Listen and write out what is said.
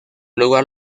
lugar